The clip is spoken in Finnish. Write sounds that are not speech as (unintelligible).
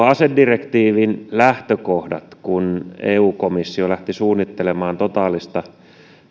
(unintelligible) asedirektiivin lähtökohdat olivat sellaiset että eu komissio lähti suunnittelemaan totaalista